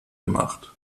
gemacht